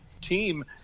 team